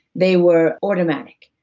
they were automatic.